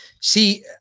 See